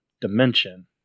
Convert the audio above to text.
dimension